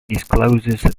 discloses